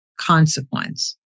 consequence